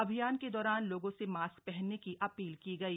अभियान के दौरान लोगों से मास्क पहनने की अपील की गई